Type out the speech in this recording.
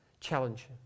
challenge